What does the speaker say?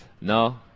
No